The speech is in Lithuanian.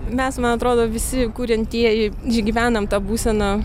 mes man atrodo visi kuriantieji išgyvenam tą būseną